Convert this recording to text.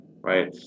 right